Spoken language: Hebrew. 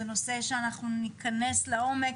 זה נושא שאנחנו ניכנס לעומק,